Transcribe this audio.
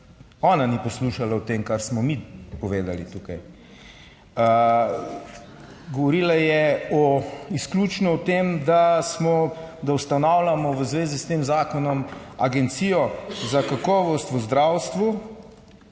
ona ni poslušala o tem, kar smo mi povedali tukaj. Govorila je o, izključno o tem, da smo, da ustanavljamo v zvezi s tem zakonom agencijo za kakovost v zdravstvu,